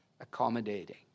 accommodating